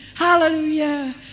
Hallelujah